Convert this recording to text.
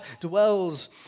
dwells